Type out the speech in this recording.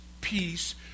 peace